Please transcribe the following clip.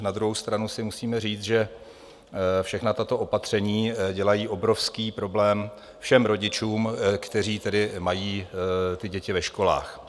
Na druhou stranu si musíme říct, že všechna tato opatření dělají obrovský problém všem rodičům, kteří mají děti ve školách.